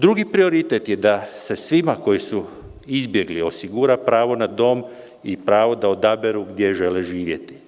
Drugi prioritet je da se svima koji su izbjegli osigura pravo na dom i pravo da odaberu gdje žele živjeti.